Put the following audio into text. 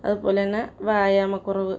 അതുപോലെ തന്നെ വ്യായാമക്കുറവ്